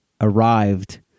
arrived